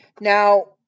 Now